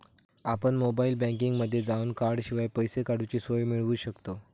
आपण मोबाईल बँकिंगमध्ये जावन कॉर्डशिवाय पैसे काडूची सोय मिळवू शकतव